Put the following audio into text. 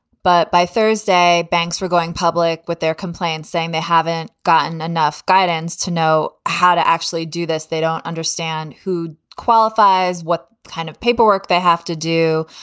but by thursday, banks were going public with their complaints, saying they haven't gotten enough guidance to know how to actually do this they don't understand who qualifies, what kind of paperwork they have to do.